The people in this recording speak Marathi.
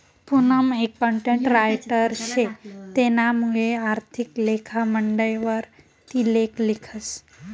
पूनम एक कंटेंट रायटर शे तेनामुये आर्थिक लेखा मंडयवर ती लेख लिखस